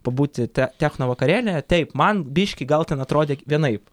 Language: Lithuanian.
pabūti te techno vakarėlyje taip man biškį gal ten atrodė vienaip